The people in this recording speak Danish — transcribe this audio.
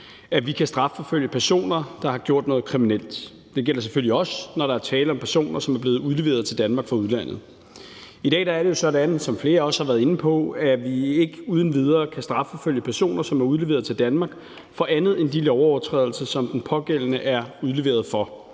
at vi kan strafforfølge personer, der har gjort noget kriminelt. Det gælder selvfølgelig også, når der er tale om personer, som er blevet udleveret til Danmark fra udlandet. I dag er det jo sådan, som flere også har været inde på, at vi ikke uden videre kan strafforfølge personer, som er udleveret til Danmark, for andet end de lovovertrædelser, som den pågældende er udleveret for.